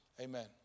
Amen